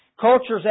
Culture's